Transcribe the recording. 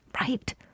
Right